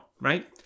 right